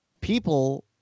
people